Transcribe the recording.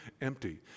empty